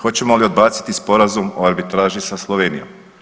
Hoćemo li odbaciti Sporazum o arbitraži sa Slovenijom?